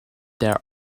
there